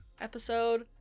episode